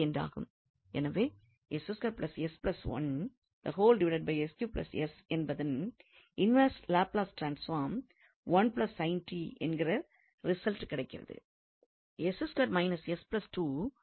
எனவே என்பதின் inverse Laplace transform என்கிற ரிசல்ட் கிடைக்கிறது